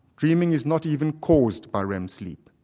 dreaming is not even caused by rem sleep.